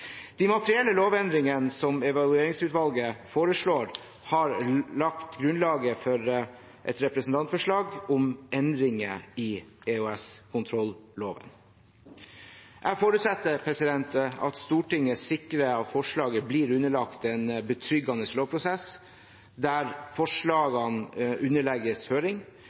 De materielle lovendringene som Evalueringsutvalget foreslår, har lagt grunnlaget for et representantforslag om endringer i EOS-kontrolloven. Jeg forutsetter at Stortinget sikrer at forslaget blir underlagt en betryggende lovprosess, der forslagene underlegges høring.